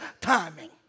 timing